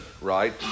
right